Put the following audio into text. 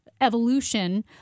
evolution